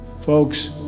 Folks